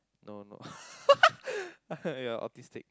no no you're autistic